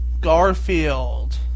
Garfield